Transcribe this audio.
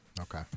Okay